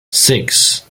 six